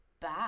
bad